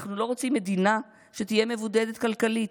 אנחנו לא רוצים מדינה שתהיה מבודדת כלכלית.